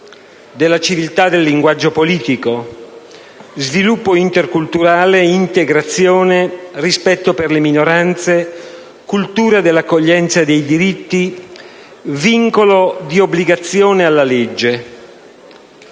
della civiltà del linguaggio politico: sviluppo interculturale, integrazione, rispetto per le minoranze, cultura dell'accoglienza dei diritti, vincolo di obbligazione alla legge.